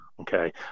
Okay